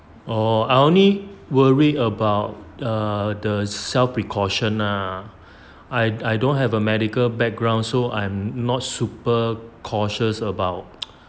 oh I only worry about err the self precautions lah I don't have a medical background so I'm not super cautious about